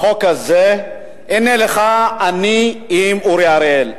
בחוק הזה, הנה לך, אני עם אורי אריאל,